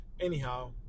Anyhow